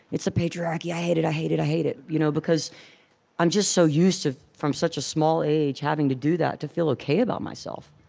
it's a patriarchy i hate it i hate it i hate it you know because i'm just so used to, from such a small age, having to do that to feel ok about myself,